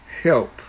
help